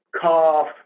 cough